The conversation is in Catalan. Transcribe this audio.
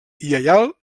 lleial